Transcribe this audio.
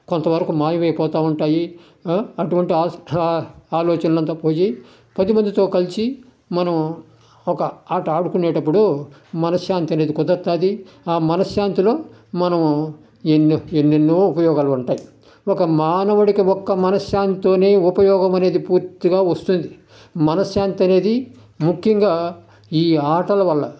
కొంతవరకు మాయం అయిపోతూ ఉంటాయి అటువంటి ఆలోచనలు అంతా పోయి పదిమందితో కలిసి మనం ఒక ఆట ఆడుకునేటప్పుడు మనశ్శాంతి అనేది కుదురుతుంది ఆ మనశ్శాంతిలో మనము ఎన్నో ఎన్నెన్నో ఉపయోగాలు ఉంటాయి ఒక మానవుడికి ఒక మనశ్శాంతితోనే ఉపయోగమనేది పూర్తిగా వస్తుంది మనశ్శాంతి అనేది ముఖ్యంగా ఈ ఆటలు వల్ల